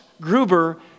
Gruber